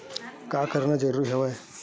का करना जरूरी हवय?